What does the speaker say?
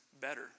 better